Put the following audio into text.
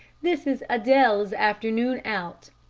this is adele's afternoon out.